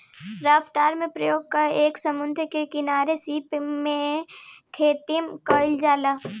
raft के प्रयोग क के समुंद्र के किनारे सीप के खेतीम कईल जाला